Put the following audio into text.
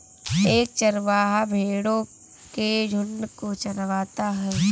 एक चरवाहा भेड़ो के झुंड को चरवाता है